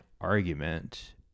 argument